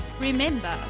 Remember